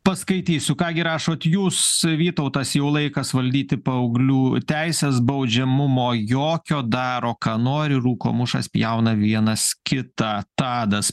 paskaitysiu ką gi rašot jūs vytautas jau laikas valdyti paauglių teises baudžiamumo jokio daro ką nori rūko mušas pjauna vienas kitą tadas